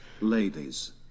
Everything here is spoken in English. ladies